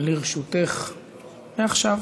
לרשותך מעכשיו.